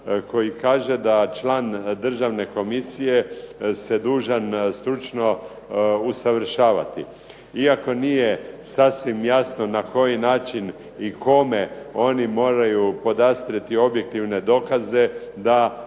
koji kaže da je član Državne komisije je dužan se stručno usavršavati. Iako nije sasvim jasno na koji način i kome oni moraju podastrijeti objektivne dokaze da